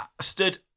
stood